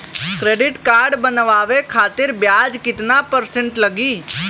Credit card बनवाने खातिर ब्याज कितना परसेंट लगी?